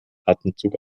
atemzug